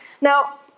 Now